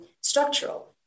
structural